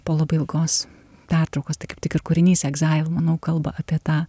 po labai ilgos pertraukos tai kaip tik ir kūrinys egzaim manau kalba apie tą